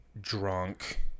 drunk